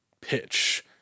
pitch